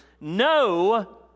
No